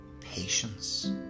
patience